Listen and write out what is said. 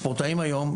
הספורטאים היום,